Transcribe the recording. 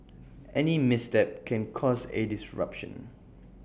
any misstep can cause A disruption